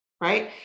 Right